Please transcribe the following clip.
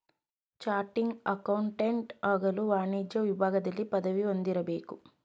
ಚಾಟಿಂಗ್ accountant ಆಗಲು ವಾಣಿಜ್ಯ ವಿಭಾಗದಲ್ಲಿ ಪದವಿ ಹೊಂದಿರಬೇಕು